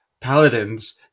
paladins